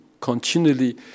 continually